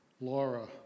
Laura